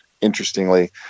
interestingly